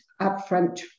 upfront